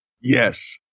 Yes